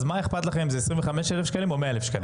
אז מה אכפת לכם אם זה 25,000 שקלים או 100,000 שקלים?